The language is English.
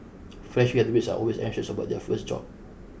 fresh graduates are always anxious about their first job